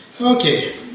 Okay